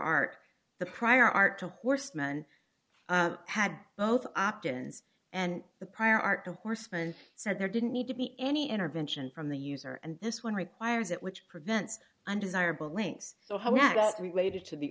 art the prior art to horseman had both options and the prior art to horseman said there didn't need to be any intervention from the user and this one requires it which prevents undesirable links so how is it related to the